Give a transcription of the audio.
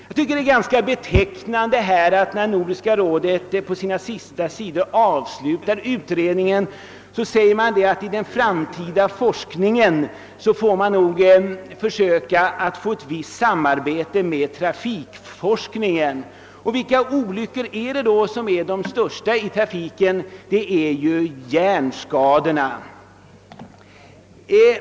Jag tycker det är ganska betecknande att Nordiska rådet på de sista sidorna i sin utredning framhåller att man i det framtida forskningsarbetet bör försöka få till stånd ett visst samarbete med trafikforskningen. Vilka olyckor är det då som är de allvarligaste i trafiken? Jo, det är just hjärnskadorna.